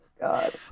God